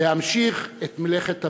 להמשיך את מלאכת הבניין.